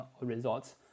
results